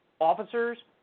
officers